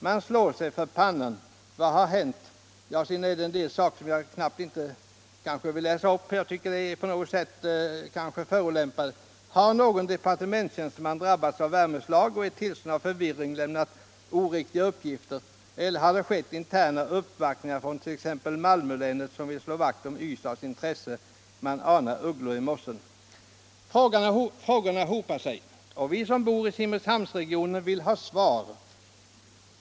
Man slår sig för pannan! Vad har hänt?” — Sedan står det en del som jag kanske inte borde läsa upp; det är måhända förolämpande: ”Har någon departementstjänsteman drabbats av värmeslag och i ett tillstånd av förvirring lämnat oriktiga uppgifter? Eller har det skett interna ”uppvaktningar från t.ex. Malmö-länetsom vill slå vakt om Ystadsintressen? Man anar ugglor i mossen. Frågorna hopar sig och vi som bor i Simrishamnsregionen vill ha svar.